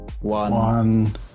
one